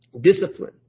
discipline